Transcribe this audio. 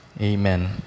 amen